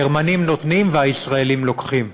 הגרמנים נותנים והישראלים לוקחים.